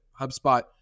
HubSpot